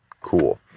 Cool